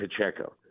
Pacheco